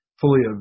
fully